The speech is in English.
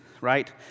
Right